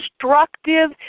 destructive